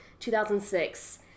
2006